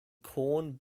corn